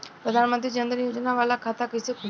प्रधान मंत्री जन धन योजना वाला खाता कईसे खुली?